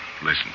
Listen